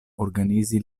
organizi